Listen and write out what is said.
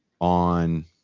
on